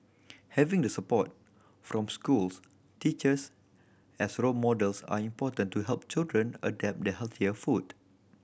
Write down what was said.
having the support from schools teachers as role models are important to help children adapt the healthier food